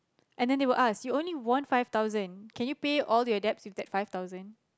and then they will ask you only won five thousand can you pay all your debts with that five thousand